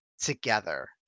together